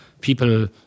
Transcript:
people